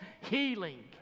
healing